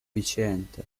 viciente